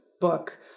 book